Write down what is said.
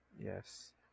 Yes